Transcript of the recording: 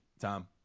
Tom